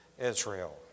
Israel